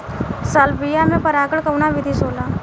Salvia में परागण कउना विधि से होला?